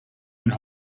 and